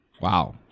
wow